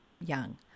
young